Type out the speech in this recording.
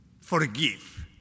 forgive